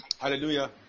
Hallelujah